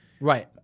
Right